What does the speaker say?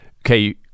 okay